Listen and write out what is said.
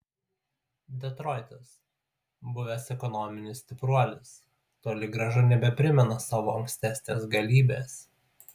detroitas buvęs ekonominis stipruolis toli gražu nebeprimena savo ankstesnės galybės